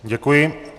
Děkuji.